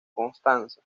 constanza